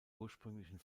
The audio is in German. ursprünglichen